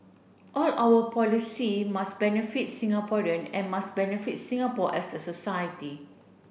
all our policy must benefit Singaporean and must benefit Singapore as a society